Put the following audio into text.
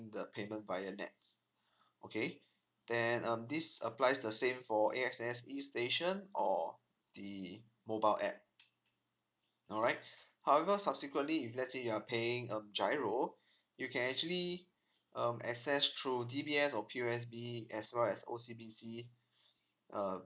the payment via next then uh this applies the same for a access e station or the mobile app alright however subsequently if let's say you are paying a giro you can actually um access through tbs or posb as well as ocbc uh